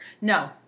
No